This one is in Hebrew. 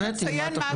הפניתי, מה אתה חושב.